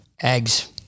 eggs